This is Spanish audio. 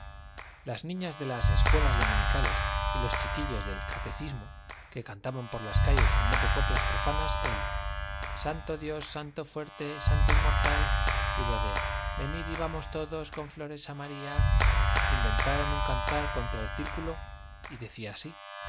las niñas de las escuelas dominicales y los chiquillos del catecismo que cantaban por las calles en vez de coplas profanas el santo dios santo fuerte santo inmortal y lo de venid y vamos todos con flores a maría inventaron un cantar contra el círculo decía así